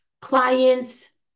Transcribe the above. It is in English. Clients